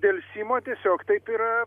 delsimo tiesiog taip yra